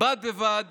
בד בבד